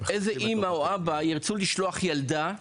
איזה אימא או אבא ירצו לשלוח ילדה למשטרה,